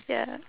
ya